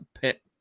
pit